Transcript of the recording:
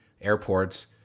airports